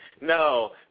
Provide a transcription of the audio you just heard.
No